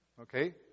okay